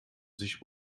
sich